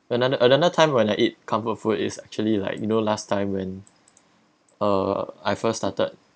another another time when I ate comfort food is actually like you know last time when uh I first started